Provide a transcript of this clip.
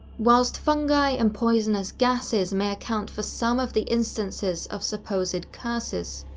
whilst fungi and poisonousness gases may account for some of the instances of supposedly curses,